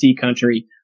country